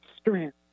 strength